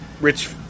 rich